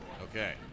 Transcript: Okay